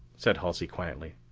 said halsey quietly,